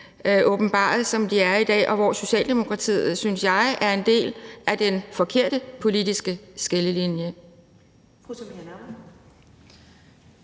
åbenbaret, som de er i dag, og hvor Socialdemokratiet, synes jeg, står på den forkerte side af den politiske skillelinje.